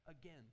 again